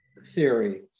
theory